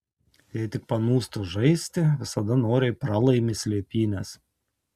jei tik panūstu žaisti visada noriai pralaimi slėpynes